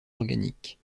organiques